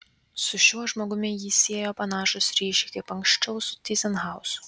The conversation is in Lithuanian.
su šiuo žmogumi jį siejo panašūs ryšiai kaip anksčiau su tyzenhauzu